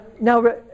now